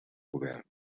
govern